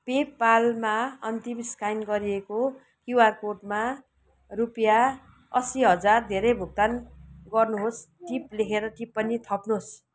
pay पालमा अन्तिम scan गरिएको क्युआर कोडमा रुपियाँ असी हजार धेरै भुक्तान गर्नुहोस् टिप लेखेर टिप्पणी थप्नुहोस्